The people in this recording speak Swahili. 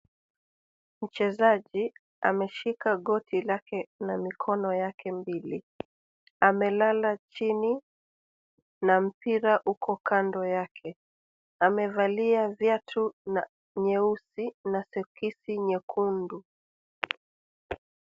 Mchezaji ameshika goti lake na mikono yake mbili. Amelala chini na mpira uko kando yake. Amevalia viatu nyeusi na soksi nyekundu.